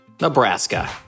Nebraska